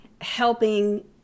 helping